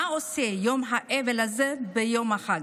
מה עושה יום האבל הזה ביום החג?